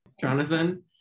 Jonathan